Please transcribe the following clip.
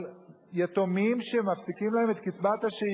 על יתומים שמפסיקים להם את קצבת השאירים,